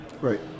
Right